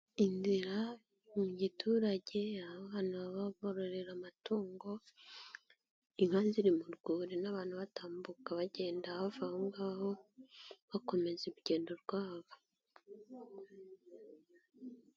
Inzira mu giturage ahantu baba bororera amatungo, inka ziri mu rwuri n'abantu batambuka bagenda bava aho ngaho, bakomeza urugendo rwabo.